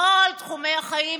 בכל תחומי החיים,